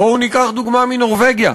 בואו ניקח דוגמה מנורבגיה.